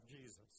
Jesus